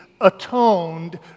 atoned